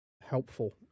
helpful